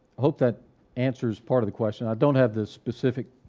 hope that answers part of the question. i don't have the specific,